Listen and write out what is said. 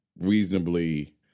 reasonably